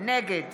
נגד